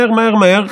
מהר מהר מהר,